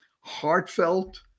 Heartfelt